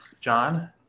John